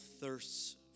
thirsts